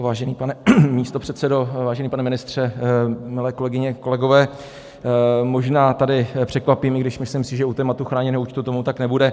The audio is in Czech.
Vážený pane místopředsedo, vážený pane ministře, milé kolegyně, kolegové, možná tady překvapím, i když myslím si, že u tématu chráněného účtu tomu tak nebude.